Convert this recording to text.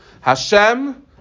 Hashem